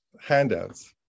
handouts